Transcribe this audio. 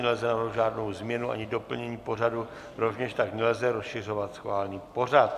Nelze navrhovat žádnou změnu ani doplnění pořadu, rovněž tak nelze rozšiřovat schválený pořad.